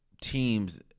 teams